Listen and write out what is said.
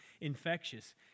infectious